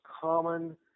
common